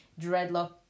Dreadlock